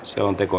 selonteko